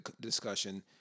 discussion